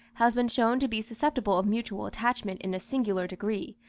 has been shown to be susceptible of mutual attachment in a singular degree,